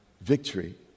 victory